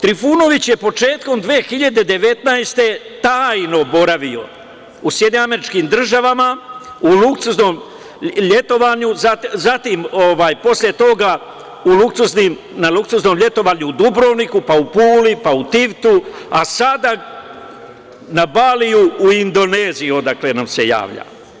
Trifunović je početkom 2019. godine tajno boravio u SAD, na luksuznom letovanju, posle toga na luksuznom letovanju u Dubrovniku, pa u Puli, pa u Tivtu, a sada na Baliju u Indoneziji, odakle nam se javlja.